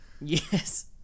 Yes